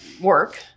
work